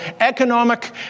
economic